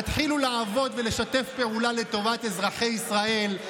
תתחילו לעבוד ולשתף פעולה לטובת אזרחי ישראל,